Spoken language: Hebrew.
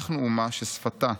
"אנחנו אומה ששפתה,